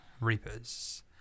Reapers